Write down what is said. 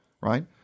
right